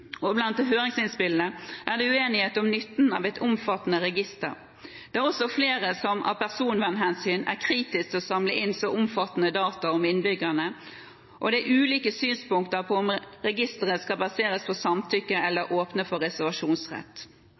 og blant høringsinnspillene er det uenighet om nytten av et omfattende register. Det er også flere som av personvernhensyn er kritisk til å samle inn så omfattende data om innbyggerne, og det er ulike synspunkter på om registeret skal baseres på samtykke eller åpne for reservasjonsrett.